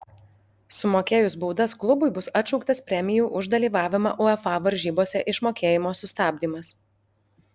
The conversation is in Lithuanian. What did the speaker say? sumokėjus baudas klubui bus atšauktas premijų už dalyvavimą uefa varžybose išmokėjimo sustabdymas